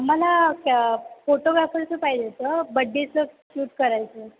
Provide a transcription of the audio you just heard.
मला कॅ फोटोग्राफरचं पाहिजे होतं बड्डेचं शूट करायचं